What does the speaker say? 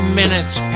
minutes